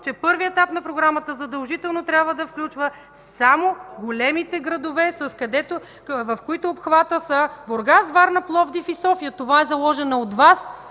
че първият етап на програмата задължително трябва да включва само големите градове, в който обхват са Бургас, Варна, Пловдив и София. Това е заложено от Вас,